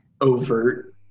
overt